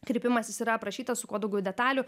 kreipimasis yra aprašytas su kuo daugiau detalių